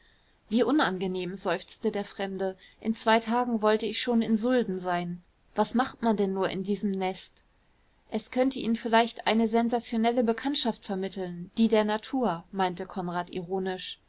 wie unangenehm seufzte der fremde in zwei tagen wollte ich schon in sulden sein was macht man nur in diesem nest es könnte ihnen vielleicht eine sensationelle bekanntschaft vermitteln die der natur meinte konrad ironisch